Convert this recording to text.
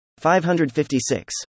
556